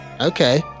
Okay